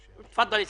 אמר.